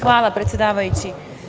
Hvala, predsedavajući.